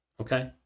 Okay